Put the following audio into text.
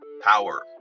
power